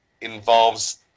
involves